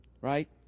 right